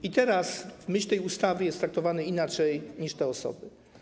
I teraz w myśl tej ustawy jest on traktowany inaczej niż te osoby.